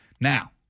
Now